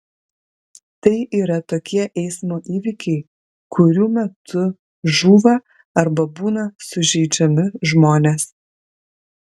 tai yra tokie eismo įvykiai kurių metu žūva arba būna sužeidžiami žmonės